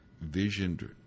visioned